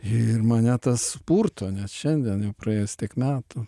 ir mane tas purto nes šiandien jau praėjus tiek metų